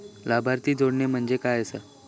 लाभार्थी जोडणे म्हणजे काय आसा?